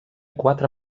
quatre